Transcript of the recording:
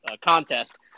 contest